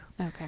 Okay